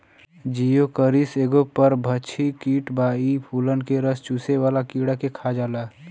Geocoris एगो परभक्षी कीट बा इ फूलन के रस चुसेवाला कीड़ा के खा जाला